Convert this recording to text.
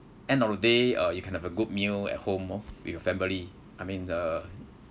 end of the day uh you can have a good meal at home lor with your family I mean uh